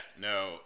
No